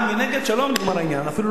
שלום, נגמר העניין, אפילו לא דנו בזה.